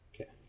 Okay